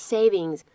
Savings